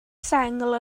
sengl